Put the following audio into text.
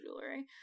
jewelry